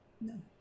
No